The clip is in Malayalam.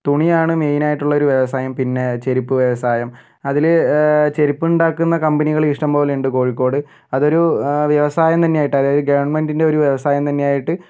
തുണിയാണ് മെയിനായിട്ടുള്ളൊരു വ്യവസായം പിന്നെ ചെരുപ്പ് വ്യവസായം അതിൽ ചെരുപ്പുണ്ടാക്കുന്ന കമ്പനികളും ഇഷ്ടംപോലെയുണ്ട് കോഴിക്കോട് അതൊരു വ്യവസായം തന്നെയായിട്ട് അതായത് ഗവണ്മെൻ്റിൻ്റെ ഒരു വ്യവസായം തന്നെ ആയിട്ട്